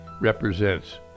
represents